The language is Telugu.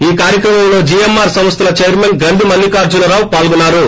ఈ కార్యక్రమంలో జిఎమ్మారు సంస్థల చైర్మన్ గ్రంధి మల్లికార్టునరావు పాల్గొన్సారు